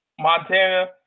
Montana